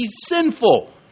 sinful